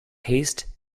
haste